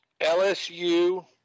LSU